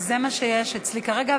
זה מה שיש אצלי כרגע,